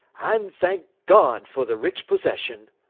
and thank god for the rich possession